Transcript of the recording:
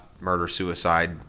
murder-suicide